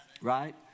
right